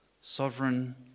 sovereign